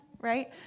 right